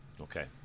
Okay